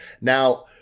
Now